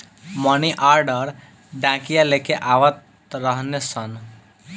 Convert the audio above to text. मनी order डाकिया लेके आवत रहने सन